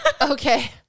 okay